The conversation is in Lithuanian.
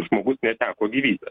žmogus neteko gyvybės